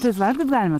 tai jas valgyt galim mes